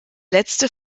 letzte